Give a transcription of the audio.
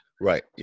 Right